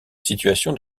situation